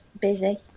busy